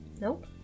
Nope